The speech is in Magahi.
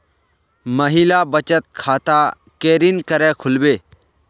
महिला बचत खाता केरीन करें खुलबे